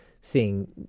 seeing